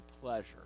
pleasure